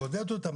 לעודד אותם,